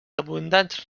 abundants